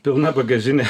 pilna bagažinė